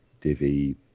Divi